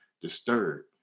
disturbed